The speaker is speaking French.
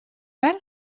mal